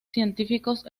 científicos